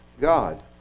God